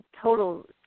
total